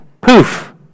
poof